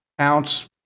ounce